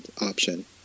option